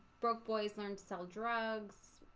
broke boys learned to sell drugs.